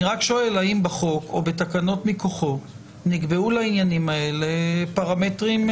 האם בחוק או בתקנות מכוחו נקבעו לעניינים האלה פרמטרים,